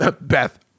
Beth